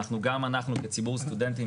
גם אנחנו כציבור סטודנטים,